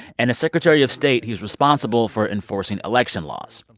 and as secretary of state, he's responsible for enforcing election laws.